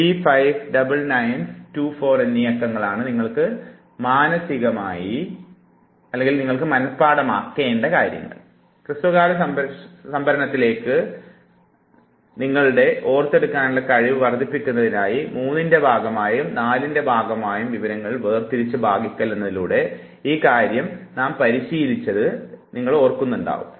359924 എന്നീ അക്കങ്ങളാണ് നിങ്ങൾക്ക് മനഃപാഠമാക്കേണ്ടതായി വരുന്നത് ഹ്രസ്വകാല സംഭരണത്തിൻറെ കഴിവ് വർദ്ധിപ്പിക്കുന്നതിനായി 3 ൻറെ ഭാഗമായും 4 ൻറെ ഭാഗമായും വിവരങ്ങളെ വേർതിരിച്ച് ഭാഗിക്കൽ എന്നതിലൂടെ ഈ കാര്യം നാം പരിശീലിച്ചത് ഇതേ തുടർന്നു നിങ്ങൾ ഓർക്കുന്നുണ്ടല്ലോ